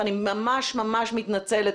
אני ממש מתנצלת,